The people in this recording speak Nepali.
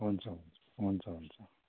हुन्छ हुन्छ